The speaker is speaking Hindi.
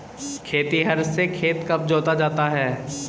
खेतिहर से खेत कब जोता जाता है?